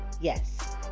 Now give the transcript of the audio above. Yes